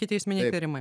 ikiteisminiai tyrimai